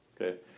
Okay